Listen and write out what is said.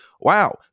wow